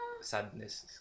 sadness